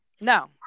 No